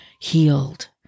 healed